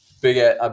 big